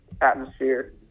atmosphere